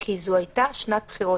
כי זו הייתה שנת בחירות.